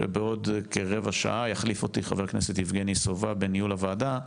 בעוד כרבע שעה יחליף אותי חבר הכנסת יבגני סובה בניהול הוועדה,